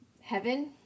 heaven